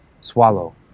swallow